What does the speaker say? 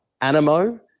Animo